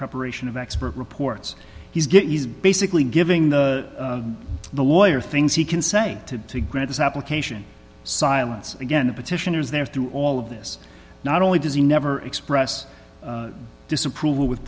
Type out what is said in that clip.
preparation of expert reports he's getting is basically giving the the lawyer things he can say to to grant this application silence again the petitioners there through all of this not only does he never express disapproval with